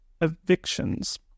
evictions